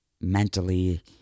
mentally